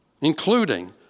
including